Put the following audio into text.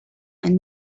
and